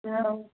ହଉ